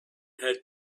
had